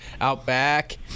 Outback